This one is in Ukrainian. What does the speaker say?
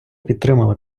підтримала